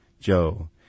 Joe